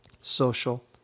social